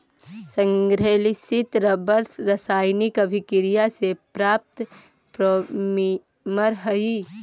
संश्लेषित रबर रासायनिक अभिक्रिया से प्राप्त पॉलिमर हइ